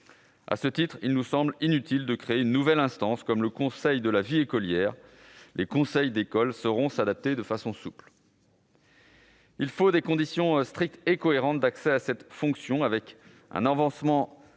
À ce titre, il nous semble inutile de créer une nouvelle instance, comme le conseil de la vie écolière ; les conseils d'école sauront s'adapter de façon souple. Il faut prévoir des conditions strictes et cohérentes d'accès à cette fonction, avec un avancement corrélé